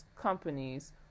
companies